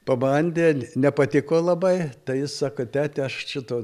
pabandė nepatiko labai tai jis sako teti aš šito